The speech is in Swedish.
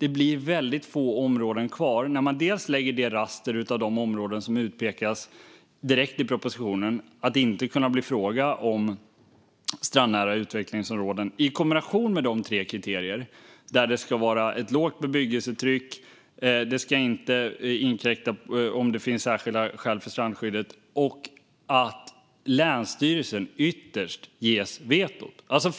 blir det väldigt få områden kvar när man lägger på det raster av områden som i propositionen direkt utpekas som områden som inte ska komma på fråga som strandnära utvecklingsområden och kombinerar det med de tre kriterier där det ska vara ett lågt bebyggelsetryck, inte inkräkta om det finns särskilda skäl för strandskyddet och att länsstyrelsen ytterst ges vetorätt.